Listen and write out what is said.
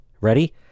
ready